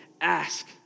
ask